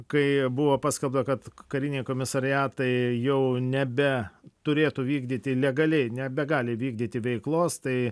kai buvo paskelbta kad kariniai komisariatai jau nebe turėtų vykdyti legaliai nebegali vykdyti veiklos tai